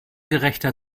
gerechter